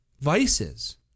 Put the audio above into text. Vices